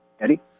Eddie